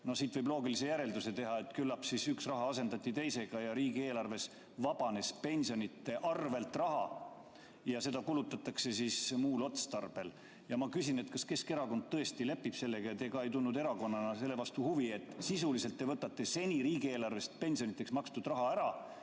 No siit võib loogilise järelduse teha, et küllap siis üks raha asendati teisega, et riigieelarves vabanes raha pensionide arvel ja seda kulutatakse muul otstarbel. Ma küsin: kas Keskerakond tõesti lepib sellega ja te erakonnana ei tundnud selle vastu ka huvi? Sisuliselt võtate te seni riigieelarvest pensionideks makstud raha ära,